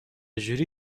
جوری